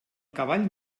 cavall